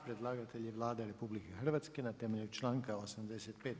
Predlagatelj je Vlada RH, na temelju članka 85.